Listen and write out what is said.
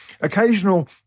Occasional